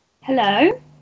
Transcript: hello